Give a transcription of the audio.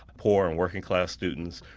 poor and working class students,